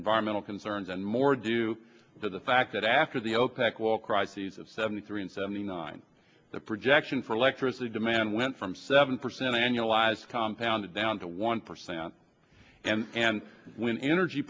environmental concerns and more due to the fact that after the opec oil crises of seventy three and seventy nine the projection for electricity demand went from seven percent annualized compound down to one percent and when energy